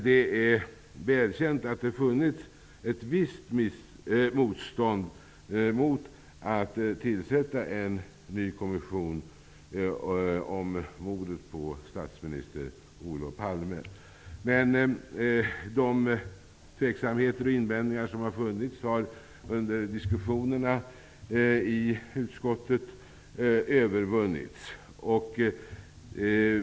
Det är välkänt att det funnits ett visst motstånd mot att tillsätta en ny kommission när det gäller mordet på statsminister Olof Palme, men de tveksamheter och invändningar som har funnits har under diskussionerna i utskottet övervunnits.